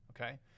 Okay